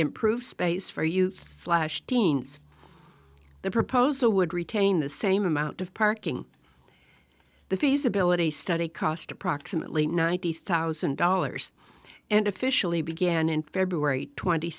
improve space for youth slash teens the proposal would retain the same amount of parking the feasibility study cost approximately ninety thousand dollars and officially began in february twenty